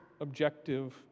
objective